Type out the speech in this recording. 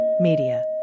Media